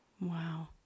Wow